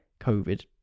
covid